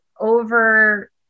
over